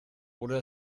oder